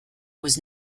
was